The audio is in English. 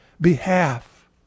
behalf